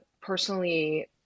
personally